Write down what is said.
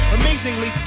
Amazingly